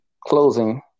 closing